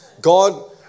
God